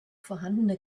vorhandene